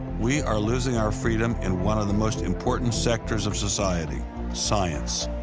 we are losing our freedom in one of the most important sectors of society science.